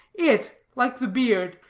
it, like the beard,